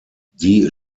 die